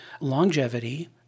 longevity